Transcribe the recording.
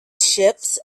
ships